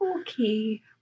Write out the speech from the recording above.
okay